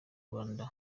rwanda